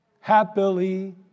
happily